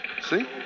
See